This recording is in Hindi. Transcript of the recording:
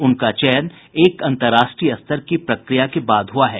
उनका चयन एक अंतरराष्ट्रीय स्तर की प्रक्रिया के बाद हुआ है